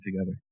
together